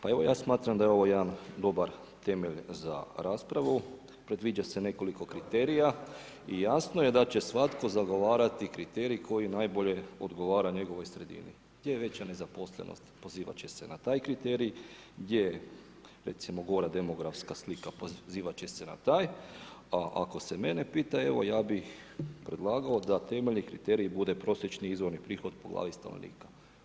Pa evo ja smatram da je ovo jedan dobar temelj za raspravu, predviđa se nekoliko kriterija i jasno je da će svatko zagovarati kriterij koji najbolje odgovara njegovoj sredini, gdje je veća nezaposlenost pozivat će se na taj kriterij, gdje je recimo gora demografska slika, pozivat će se na taj, a ako se mene pita, evo ja bih predlagao da temeljni kriterij bude prosječni izvorni prihod po glavi stanovnika.